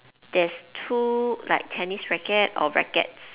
there's two like tennis racket or rackets